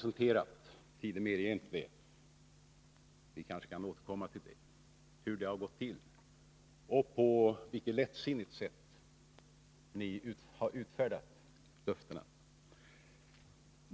Tiden medger inte att jag går närmare in på detta, men vi kanske kan återkomma till hur det har gått till och på vilket lättsinnigt sätt ni har utfärdat löftena.